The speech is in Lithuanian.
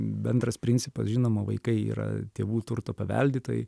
bendras principas žinoma vaikai yra tėvų turto paveldėtojai